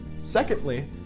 Secondly